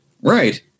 Right